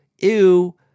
ew